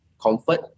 comfort